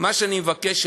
מה שאני מבקש,